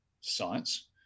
science